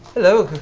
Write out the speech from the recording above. hello.